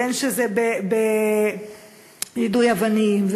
בין שזה ביידוי אבנים,